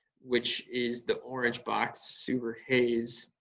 which is the orange box suver haze.